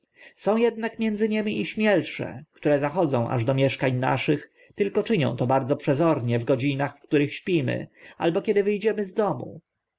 między nimi i śmielsze które zachodzą aż do mieszkań naszych tylko czynią to bardzo przezornie w godzinach w których śpimy albo kiedy wy dziemy z domu